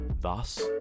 Thus